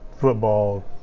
football